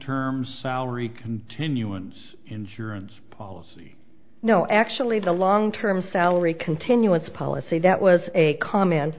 term salary continuance insurance policy no actually the long term salary continue its policy that was a comment